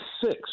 six